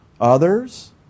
others